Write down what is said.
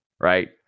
Right